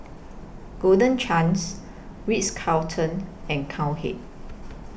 Golden Chance Ritz Carlton and Cowhead